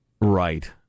Right